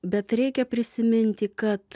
bet reikia prisiminti kad